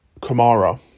Kamara